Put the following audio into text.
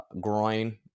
groin